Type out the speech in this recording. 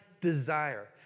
desire